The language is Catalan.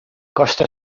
costa